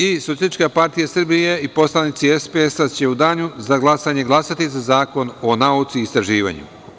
I Socijalistička partija Srbije i poslanici SPS će u danu za glasanje glasati za Zakon o nauci i istraživanjima.